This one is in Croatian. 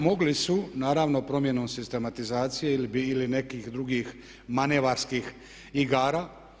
Mogli su, naravno promjenom sistematizacije ili nekih drugih manevarskih igara.